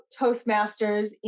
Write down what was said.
Toastmasters